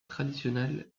traditionnels